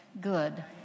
good